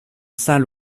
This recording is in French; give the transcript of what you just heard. saint